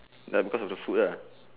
like cause of the food lah